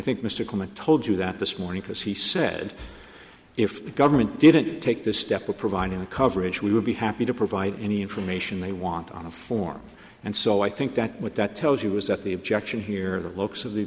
coleman told you that this morning because he said if the government didn't take this step of providing coverage we would be happy to provide any information they want on a form and so i think that what that tells you is that the objection here the locus of the